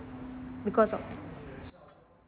because of